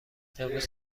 امروز